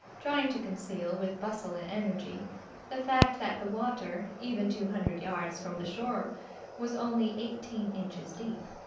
trying to conceal with bustle and energy the fact that the water even two hundred yards from the shore was only eighteen inches deep.